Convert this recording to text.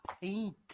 paint